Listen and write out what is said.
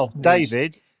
David